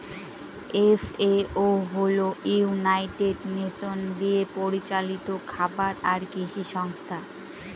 FAO হল united nation দিয়ে পরিচালিত খাবার আর কৃষি সংস্থা